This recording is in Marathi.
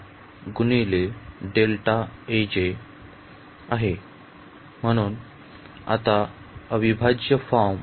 परंतु आता ही एक म्हणून आता अविभाज्य फॉर्म